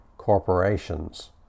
corporations